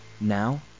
Now